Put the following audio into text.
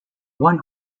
one